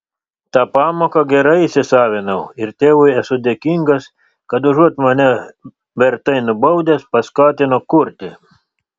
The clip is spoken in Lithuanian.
tą pamoką gerai įsisavinau ir tėvui esu dėkingas kad užuot mane vertai nubaudęs paskatino kurti